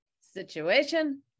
situation